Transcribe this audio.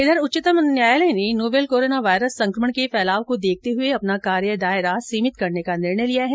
उधर उच्चतम न्यायालय ने नोवेल कोरोना वायरस संक्रमण के फैलाव को देखते हुए अपना कार्य दायरा सीमित करने का निर्णय लिया है